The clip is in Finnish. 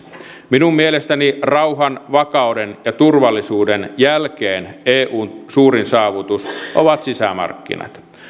minun mielestäni rauhan vakauden ja turvallisuuden jälkeen eun suurin saavutus ovat sisämarkkinat